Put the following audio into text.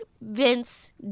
vince